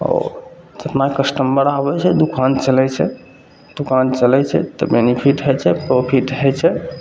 आओर जतना कस्टमर आबै छै दोकान चलै छै दोकान चलै छै तऽ बेनिफिट होइ छै प्रॉफिट होइ छै